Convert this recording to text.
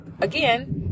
again